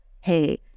hey